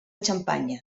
xampanya